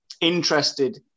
interested